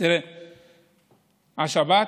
השבת